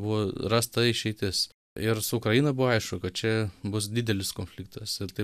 buvo rasta išeitis ir su ukraina buvo aišku kad čia bus didelis konfliktas ir taip